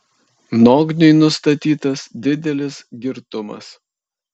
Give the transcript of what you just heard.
nogniui nustatytas didelis girtumas